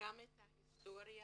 גם את ההיסטוריה